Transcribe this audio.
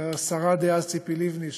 לשרה דאז ציפי לבני,